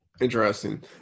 Interesting